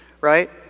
right